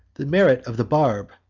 the merit of the barb,